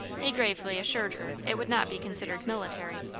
he gravely assured her it would not be considered military.